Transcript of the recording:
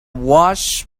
wash